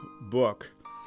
book